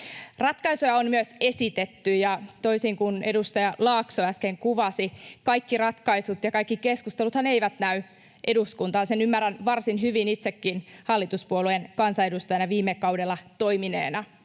Ratkaisuja on myös esitetty, ja toisin kuin edustaja Laakso äsken kuvasi, kaikki ratkaisut ja kaikki keskusteluthan eivät näy eduskuntaan, sen ymmärrän varsin hyvin itsekin hallituspuolueen kansanedustajana viime kaudella toimineena.